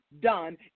done